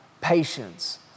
patience